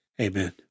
Amen